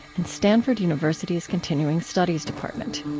and stanford university's continuing studies department.